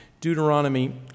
Deuteronomy